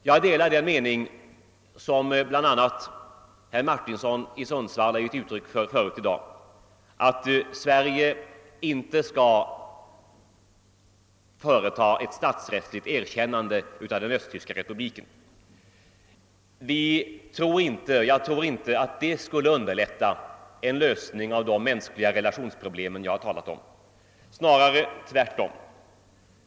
Jag delar den uppfattning som bl.a. herr Martinsson i Sundsvall har gett uttryck för förut i dag, nämligen att Sverige inte skall företa ett statsrättsligt erkännande av den östtyska republiken. Jag tror inte att det skulle underlätta en lösning av de mänskliga relationsproblem som jag har talat om, snarare tvärtom.